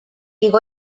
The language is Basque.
igo